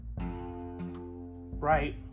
Right